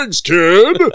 kid